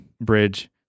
bridge